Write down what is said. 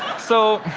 so.